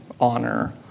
honor